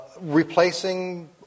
replacing